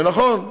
ונכון,